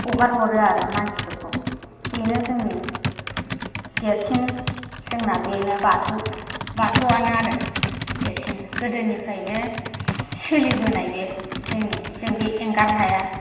हगारहरो आरो मानसिफोरखौ बेनो जोंनि देरसिन जोंना बेनो बाथौ बाथौआनो आरो देरसिन गोदोनिफ्रायनो सोलिबोनाय बे जोंनि जों बे एंगार हाया